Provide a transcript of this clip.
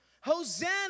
Hosanna